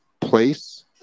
place